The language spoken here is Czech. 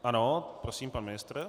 Ano prosím, pan ministr.